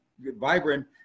vibrant